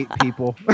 people